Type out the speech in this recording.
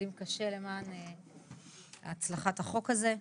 ועובדים קשה למען הצלחת החוק הזה.